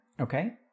Okay